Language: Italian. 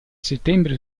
settembre